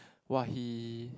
!wah! he